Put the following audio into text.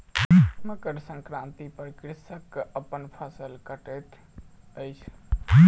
मकर संक्रांति पर कृषक अपन फसिल कटैत अछि